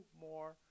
more